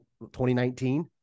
2019